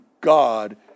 God